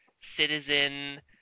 citizen